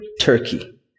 turkey